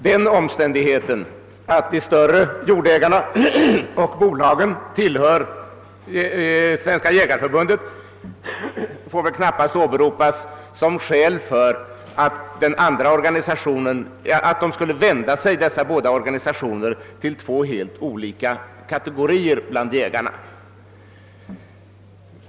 Den omständigheten att de större jordägarna och bolagen råkar tillhöra Svenska jägareförbundet får väl knappast åberopas som skäl för att de båda organisationerna skulle vända sig till två helt skilda kategorier bland jägarna.